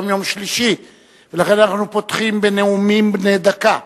היום יום שלישי ולכן אנחנו פותחים בנאומים בני דקה.